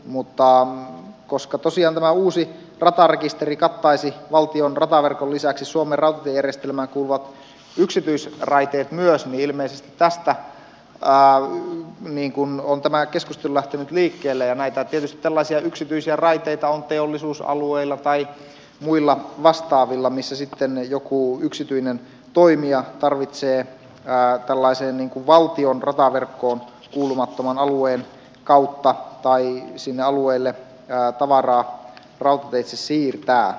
mutta koska tosiaan tämä uusi ratarekisteri kattaisi valtion rataverkon lisäksi suomen rautatiejärjestelmään kuuluvat yksityisraiteet myös niin ilmeisesti tästä on tämä keskustelu lähtenyt liikkeelle ja tietysti tällaisia yksityisiä raiteita on teollisuusalueilla tai muilla vastaavilla missä sitten jonkun yksityisen toimijan tarvitsee tällaisen valtion rataverkkoon kuulumattoman alueen kautta tai sinne alueelle tavaraa rautateitse siirtää